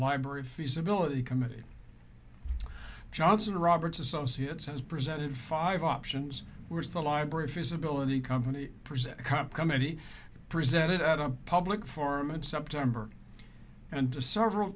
library feasibility committee johnson roberts associates has presented five options which the library feasibility company present cup committee presented at a public forum in september and to several